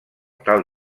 tal